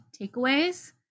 takeaways